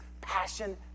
passion